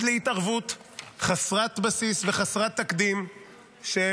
עד להתערבות חסרת בסיס וחסרת תקדים של